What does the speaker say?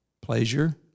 Pleasure